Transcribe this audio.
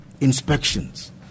inspections